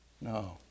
no